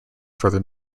further